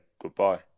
goodbye